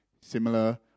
similar